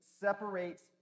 separates